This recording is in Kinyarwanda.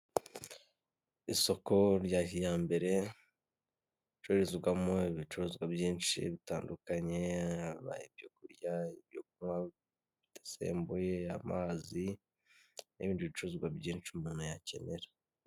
Isoko rya kijyambere ricururizwamo ibicuruzwa byinshi bitandukanye haba ibyo kurya, ibyo kunkwa bidasembuye amazi nibindi bicuruzwa byinshi umuntu yakenera.